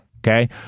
Okay